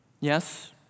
Yes